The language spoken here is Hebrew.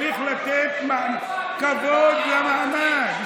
צריך לתת כבוד למעמד.